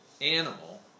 animal